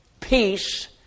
peace